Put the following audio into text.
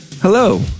Hello